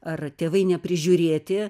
ar tėvai neprižiūrėti